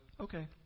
okay